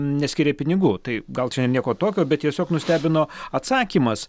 neskiria pinigų tai gal čia nieko tokio bet tiesiog nustebino atsakymas